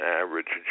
average